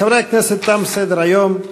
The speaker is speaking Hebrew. חברי הכנסת, תם סדר-היום.